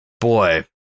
boy